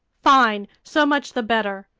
fine, so much the better!